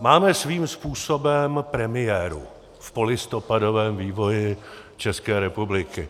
Máme svým způsobem premiéru v polistopadovém vývoji České republiky.